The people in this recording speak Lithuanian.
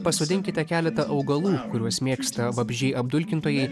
pasodinkite keletą augalų kuriuos mėgsta vabzdžiai apdulkintojai